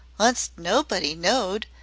onct nobody knowed,